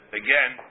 again